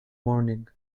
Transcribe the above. morning